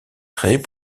créées